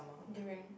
during